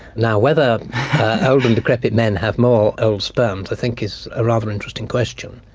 now, whether old and decrepit men have more old sperms i think is a rather interesting question.